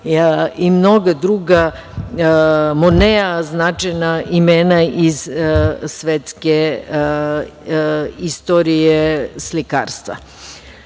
i mnoga druga značajna imena iz svetske istorije slikarstva